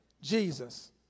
Jesus